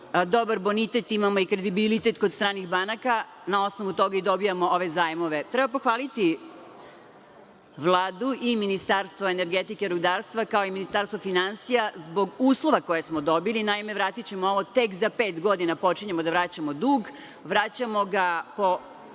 dobar bonitet, imamo i kredibilitet kod stranih banaka, na osnovu toga i dobijamo ove zajmove. Treba pohvaliti Vladu i Ministarstvo energetike, rudarstva, kao i Ministarstvo finansija, zbog uslova koje smo dobili. Naime, vratićemo ovo tek za pet godina, počinjemo da vraćamo dug. Vraćamo ga po